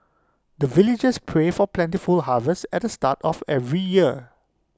the villagers pray for plentiful harvest at the start of every year